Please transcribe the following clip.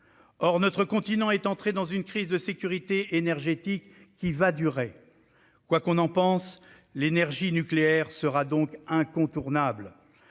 Or notre continent est entré dans une crise de sécurité énergétique qui va durer. Quoi qu'on en pense, l'énergie nucléaire sera donc incontournable.